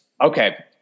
Okay